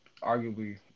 Arguably